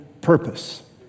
purpose